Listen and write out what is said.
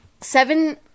Seven